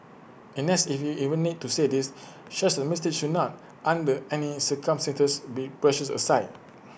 and as if we even need to say this such A mistake should not under any circumstances be brushed aside